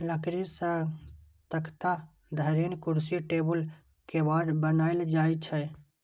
लकड़ी सं तख्ता, धरेन, कुर्सी, टेबुल, केबाड़ बनाएल जाइ छै